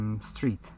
street